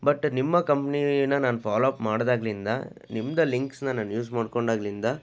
but ನಿಮ್ಮ ಕಂಪ್ನಿನ ನಾನು ಫಾಲೋ ಅಪ್ ಮಾಡಿದಾಗ್ಲಿಂದ ನಿಮ್ದು ಲಿಂಕ್ಸನ್ನ ನಾನು ಯೂಸ್ ಮಾಡ್ಕೊಂಡಾಗ್ಲಿಂದ